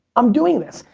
i'm doing this.